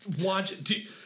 watch